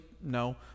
No